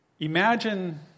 Imagine